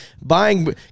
buying